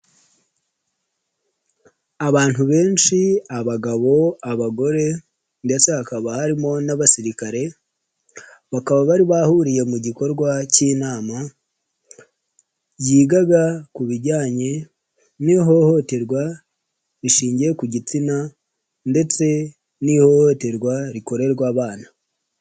Abantu benshi; abagabo, abagore ndetse hakaba harimo n'abasirikare. Bakaba bari bahuriye mu gikorwa cy'inama yigaga ku bijyanye n'ihohoterwa rishingiye ku gitsina ndetse n'ihohoterwa rikorerwa abana.